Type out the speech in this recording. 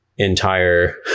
entire